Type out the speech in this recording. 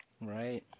right